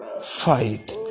fight